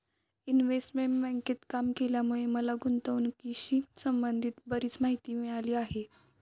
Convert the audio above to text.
investment बँकेत काम केल्यामुळे मला गुंतवणुकीशी संबंधित बरीच माहिती मिळाली आहे